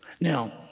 Now